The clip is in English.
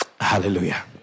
Hallelujah